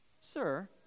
Sir